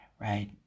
Right